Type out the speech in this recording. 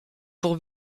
pour